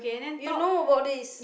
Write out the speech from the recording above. you know about this